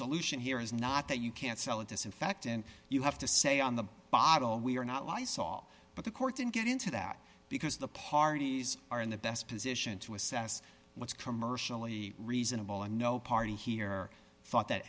solution here is not that you can't sell a disinfectant you have to say on the bottle we're not lysol but the court didn't get into that because the parties are in the best position to assess what's commercially reasonable and no party here thought that